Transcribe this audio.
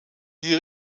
die